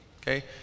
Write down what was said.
okay